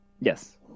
yes